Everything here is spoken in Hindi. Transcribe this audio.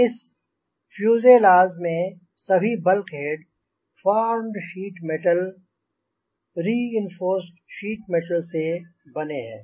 इस फ़्यूज़ेलाज़ में सभी bulkhead formed sheet metal reinforced sheet metal से बने हैं